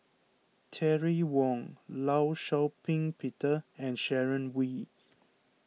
Terry Wong Law Shau Ping Peter and Sharon Wee